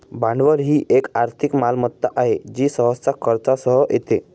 भांडवल ही एक आर्थिक मालमत्ता आहे जी सहसा खर्चासह येते